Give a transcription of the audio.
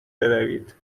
بروید